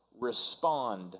respond